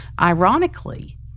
Ironically